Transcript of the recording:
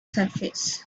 surface